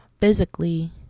physically